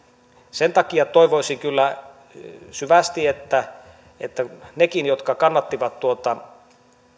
sen takia toivoisin kyllä syvästi että että nekin jotka kannattivat tuota